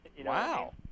Wow